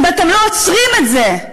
אם אתם לא עוצרים את זה?